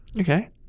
okay